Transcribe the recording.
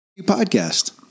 podcast